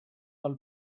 del